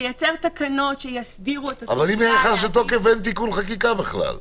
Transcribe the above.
לייצר תקנות שיסדירו --- אבל אם זה נכנס לתוקף אין תיקון חקיקה בכלל.